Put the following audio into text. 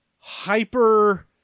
hyper